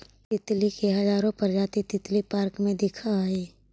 तितली के हजारो प्रजाति तितली पार्क में दिखऽ हइ